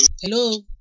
hello